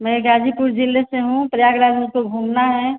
मै गाजीपुर जिले से हूँ प्रयागराज हमको घूमना हैं